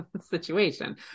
situation